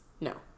no